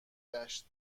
گشت